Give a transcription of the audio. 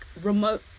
remote